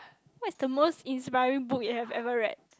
what is the most inspiring book you have ever read